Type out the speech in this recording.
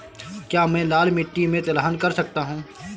क्या मैं लाल मिट्टी में तिलहन कर सकता हूँ?